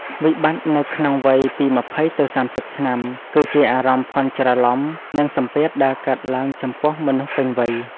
វិបត្តិនៅក្នុងវ័យពី ២០ ទៅ ៣០ ឆ្នាំ គឺជាអារម្មណ៍ភាន់ច្រឡំ និងសម្ពាធដែលកើតឡើងចំពោះមនុស្សពេញវ័យ។